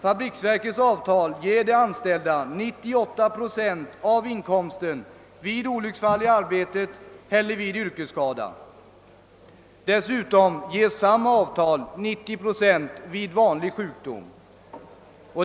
Fabriksverkets avtal ger de anställda 98 procent av inkomsten vid olycksfall i arbetet eller vid yrkesskada. Dessutom ger samma avtal 90 procent av inkomsten vid vanlig sjukdom.